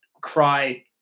cry